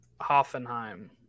Hoffenheim